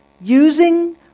using